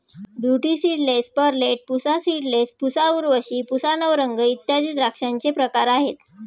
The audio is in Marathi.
beauty seedless, Perlette, Pusa seedless, Pusa Urvashi, Pusa Navrang इत्यादी द्राक्षांचे प्रकार आहेत